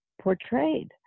portrayed